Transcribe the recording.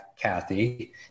Kathy